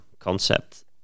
concept